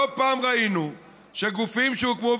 לא פעם ראינו שגופים שהוקמו,